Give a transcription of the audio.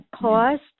cost